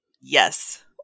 Yes